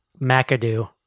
McAdoo